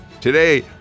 Today